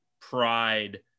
pride